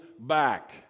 back